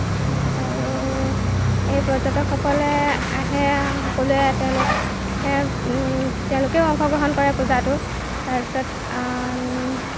পিছত আৰু এই পৰ্যটকসকলে আহে আৰু সকলোৱে তেওঁলোকে তেওঁলোকেও অংশগ্ৰহণ কৰে পূজাটো তাৰপিছত